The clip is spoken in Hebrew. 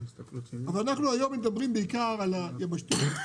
אבל אנחנו היום מדברים בעיקר על היבשתית,